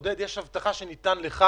עודד, יש הבטחה שניתנה לך